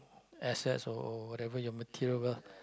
assets or or whatever your material wealth